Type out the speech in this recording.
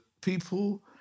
people